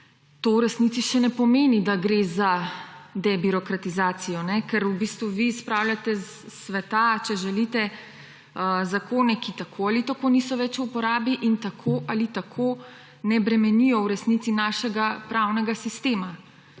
to v resnici še ne pomeni, da gre za debirokratizacijo, ker v bistvu vi spravljate s sveta, če želite, zakone, ki tako ali tako niso več v uporabi in tako ali tako ne bremenijo v resnici našega pravnega sistema.